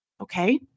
Okay